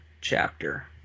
chapter